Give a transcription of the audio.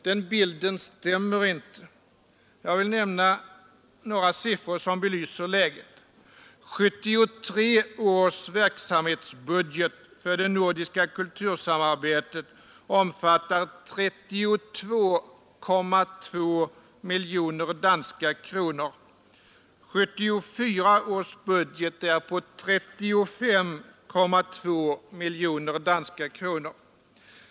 Den bilden stämmer inte. Jag vill nämna några siffror som belyser läget. 1973 års verksamhetsbudget för det nordiska kultursamarbetet omfattar 32,2 miljoner danska kronor, och 1974 års budget är på 35,2 miljoner danska kronor.